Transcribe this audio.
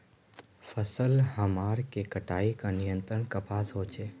फसल हमार के कटाई का नियंत्रण कपास होचे?